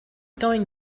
going